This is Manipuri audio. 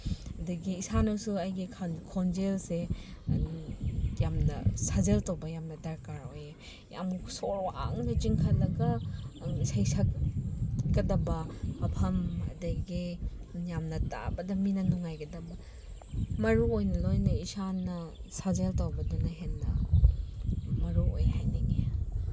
ꯑꯗꯒꯤ ꯏꯁꯥꯅꯁꯨ ꯑꯩꯒꯤ ꯈꯣꯟꯖꯦꯜꯁꯦ ꯌꯥꯝꯅ ꯁꯥꯖꯦꯜ ꯇꯧꯕ ꯌꯥꯝꯅ ꯗꯔꯀꯥꯔ ꯑꯣꯏꯌꯦ ꯌꯥꯝꯅ ꯁꯣꯔ ꯋꯥꯡꯅ ꯆꯤꯡꯈꯠꯂꯒ ꯏꯁꯩ ꯁꯛ ꯀꯗꯕ ꯃꯐꯝ ꯑꯗꯒꯤ ꯌꯥꯝꯅ ꯇꯥꯕꯗ ꯃꯤꯅ ꯅꯨꯡꯉꯥꯏꯒꯗꯕ ꯃꯔꯨꯑꯣꯏꯅ ꯂꯣꯏꯅ ꯏꯁꯥꯅ ꯁꯥꯖꯦꯜ ꯇꯧꯕꯗꯨꯅ ꯍꯦꯟꯅ ꯃꯔꯨꯑꯣꯏ ꯍꯥꯏꯅꯤꯡꯉꯤ